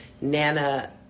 nana